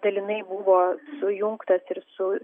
dalinai buvo sujungtas ir su